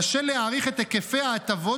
קשה להעריך את היקפי ההטבות,